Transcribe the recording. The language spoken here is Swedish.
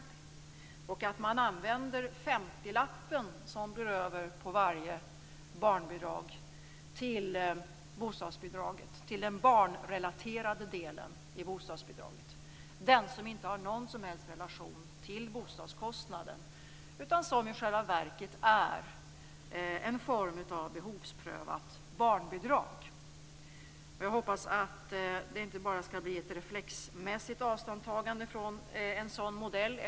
Vi föreslår att man använder den femtiolapp som blir över på varje barnbidrag till den barnrelaterade delen i bostadsbidraget - den som inte har någon som helst relation till bostadskostnaden. Den är ju i själva verket en form av behovsprövat barnbidrag. Jag hoppas att det inte bara skall bli ett reflexmässigt avståndstagande från en sådan modell.